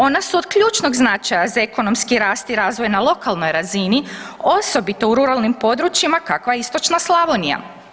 Ona su od ključnog značaja za ekonomski rast i razvoj na lokalnoj razini, osobito u ruralnim područjima kakva je istočna Slavonija.